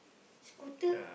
scooter